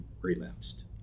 relapsed